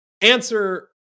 answer